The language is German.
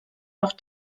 auch